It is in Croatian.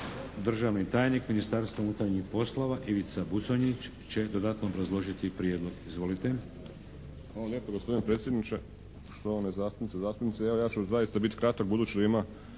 državni tajnik Ministarstva unutarnjih poslova, Ivica Buconjić će dodatno obrazložiti prijedlog. Izvolite. **Buconjić, Ivica (HDZ)** Hvala lijepo gospodine predsjedniče. Štovane zastupnice i zastupnici, evo ja ću zaista biti kratak budući ima